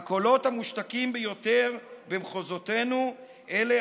והקולות המושתקים ביותר במחוזותינו אלה